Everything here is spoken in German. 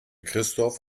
christoph